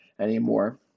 anymore